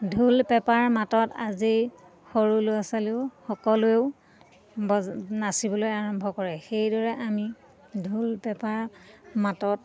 ঢোল পেঁপাৰ মাতত আজি সৰু ল'ৰা ছোৱালীও সকলোৱেও ব নাচিবলৈ আৰম্ভ কৰে সেইদৰে আমি ঢোল পেঁপাৰ মাতত